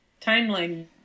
timeline